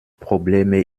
probleme